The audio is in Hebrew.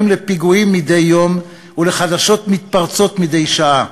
לפיגועים מדי יום ולחדשות מתפרצות מדי שעה.